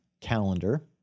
calendar